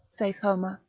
saith homer.